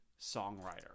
songwriter